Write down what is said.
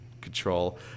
control